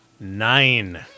Nine